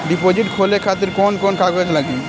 Deposit खोले खातिर कौन कौन कागज लागी?